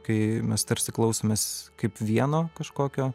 kai mes tarsi klausomės kaip vieno kažkokio